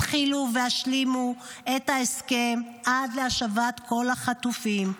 התחילו והשלימו את ההסכם עד להשבת כל החטופים.